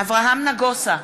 אברהם נגוסה,